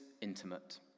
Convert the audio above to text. intimate